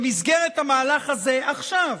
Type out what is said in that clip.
במסגרת המהלך הזה, עכשיו,